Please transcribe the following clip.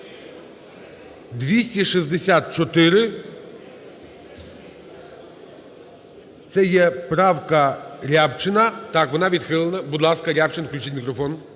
264, це є правка Рябчина. Так, вона відхилена. Будь ласка. Рябчин, включіть мікрофон.